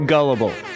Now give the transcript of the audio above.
Gullible